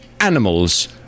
animals